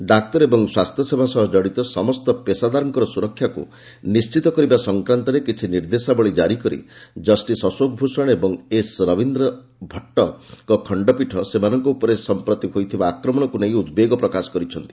ଡାକ୍ତର ଓ ସ୍ୱାସ୍ଥ୍ୟ ସେବା ସହ ଜଡ଼ିତ ସମସ୍ତ ପେଷାଦାରଙ୍କର ସୁରକ୍ଷାକୁ ନିଶ୍ଚିତ କରିବା ସଂକ୍ରାନ୍ତରେ କିଛି ନିର୍ଦ୍ଦେଶାବଳୀ ଜାରି କରି ଜଷ୍ଟିସ୍ ଅଶୋକ ଭୂଷଣ ଓ ଏସ୍ ରବୀନ୍ଦ୍ର ଭଟ୍ଟଙ୍କ ଖଣ୍ଡପୀଠ ସେମାନଙ୍କ ଉପରେ ସମ୍ପ୍ରତି ହୋଇଥିବା ଆକ୍ରମଣକୁ ନେଇ ଉଦ୍ବେଗ ପ୍ରକାଶ କରିଛନ୍ତି